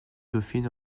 dauphine